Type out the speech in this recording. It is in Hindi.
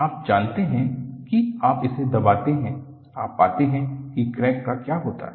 आप जानते हैं कि आप इसे दबाते हैं आप पाते हैं कि क्रैक का क्या होता है